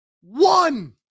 One